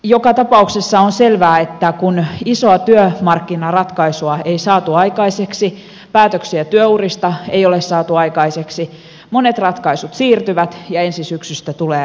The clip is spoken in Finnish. joka tapauksessa on selvää että kun isoa työmarkkinaratkaisua ei saatu aikaiseksi päätöksiä työurista ei ole saatu aikaiseksi monet ratkaisut siirtyvät ja ensi syksystä tulee oletettavasti vaikea